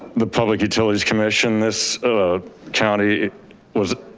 the public utilities commission. this county was,